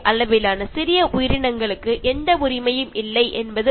അതുകൊണ്ട് ചെറിയ രൂപം ഉള്ള ജീവികൾക്കൊന്നും ഒരധികാരവുമില്ല എന്ന് വിചാരിക്കരുത്